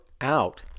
out